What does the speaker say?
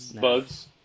Bugs